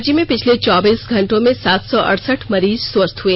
राज्य में पिछले चौबीस घंटों में सात सौ अड़सठ मरीज स्वस्थ हुए